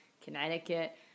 Connecticut